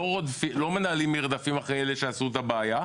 לא מנהלים מרדפים אחרי אלה שעשו את הבעיה,